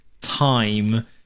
time